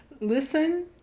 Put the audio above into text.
listen